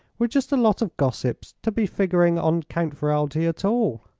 we're just a lot of gossips to be figuring on count ferralti at all.